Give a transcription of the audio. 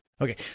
okay